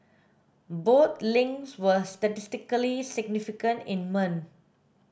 both links were statistically significant in men